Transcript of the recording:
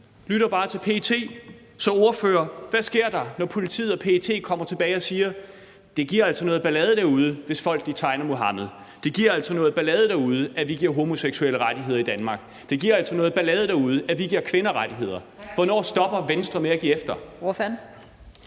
lytter bare til PET. Så hvad sker der, ordfører, når politiet og PET kommer tilbage og siger: Det giver altså noget ballade derude, hvis folk tegner Muhammed; det giver altså noget ballade derude, at vi giver homoseksuelle rettigheder i Danmark; det giver altså noget ballade derude, at vi giver kvinder rettigheder? Hvornår stopper Venstre med at give efter?